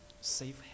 safe